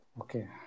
Okay